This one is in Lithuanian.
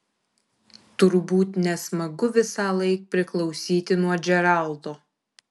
turbūt nesmagu visąlaik priklausyti nuo džeraldo